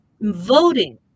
voting